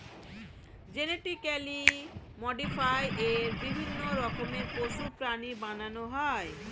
genetically modify করে বিভিন্ন রকমের পশু, প্রাণী বানানো হয়